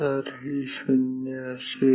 तर हे 0 असेल